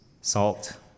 salt